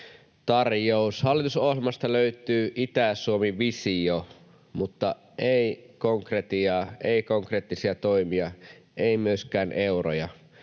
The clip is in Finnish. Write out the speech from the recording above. Hallitusohjelmasta löytyy Itä-Suomi-visio mutta ei konkretiaa, ei konkreettisia toimia, ei myöskään euroja.